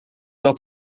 dat